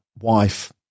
wife